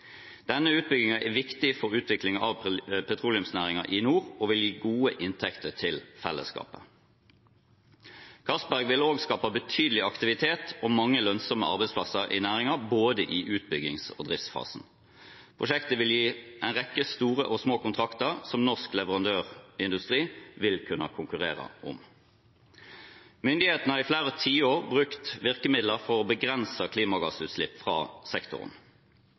Denne utbyggingen er viktig for utvikling av petroleumsnæringen i nord og vil gi gode inntekter til fellesskapet. Johan Castberg-feltet vil også skape betydelig aktivitet og mange lønnsomme arbeidsplasser i næringen både i utbyggings- og driftsfasen. Prosjektet vil gi en rekke store og små kontrakter som norsk leverandørindustri vil kunne konkurrere om. Myndighetene har i flere tiår brukt virkemidler for å begrense klimagassutslipp fra sektoren.